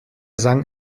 sang